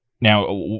now